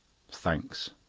thanks,